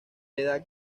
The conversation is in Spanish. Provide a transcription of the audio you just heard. edad